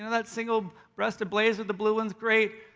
that single breasted blazer, the blue one's great.